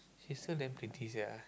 she so damn pretty sia